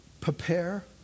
Prepare